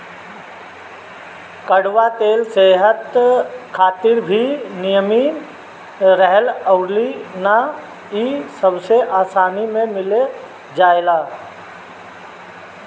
कड़ुआ तेल सेहत खातिर भी निमन रहेला अउरी इ सबसे आसानी में मिल जाला